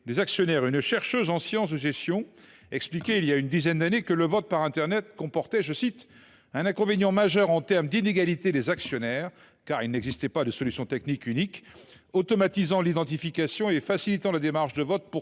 des actionnaires. Une chercheuse en sciences de gestion expliquait voilà déjà une dizaine d’années que le vote par internet comportait « un inconvénient majeur en termes d’inégalité des actionnaires, car il n’existait pas de solution technique unique automatisant l’identification et facilitant la démarche de vote